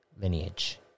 lineage